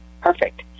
Perfect